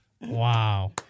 Wow